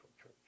church